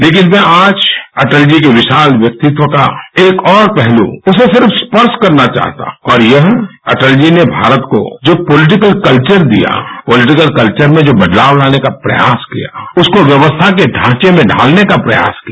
लेकिन मैं आज अटल जी के विशाल व्यक्तित्व का एक और पहलू उसे सिर्फ स्पर्श करना चाहता हूं और यह अटल जी ने भारत को जो पॉलीटिकल कल्वर दिया पॉलीटिकल कल्वर में जो बदलाव लाने का प्रयास किया उसको उस व्यवस्था को ढांचे में ढालने का प्रयास किया